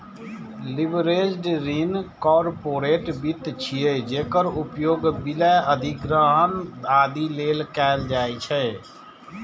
leveraged ऋण corporate वित्त छियै, जेकर उपयोग विलय, अधिग्रहण, आदि लेल कैल जाइ छै